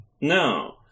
No